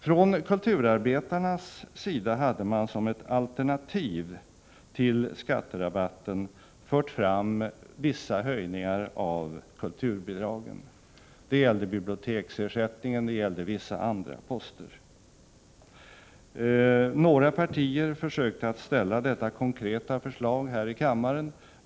Från kulturarbetarnas sida hade man som ett alternativ till skatterabatten fört fram förslag om vissa höjningar av kulturbidragen. Det gällde biblioteksersättningen, och det gällde också vissa andra poster. Några partier försökte lägga fram sådana konkreta förslag här i kammaren.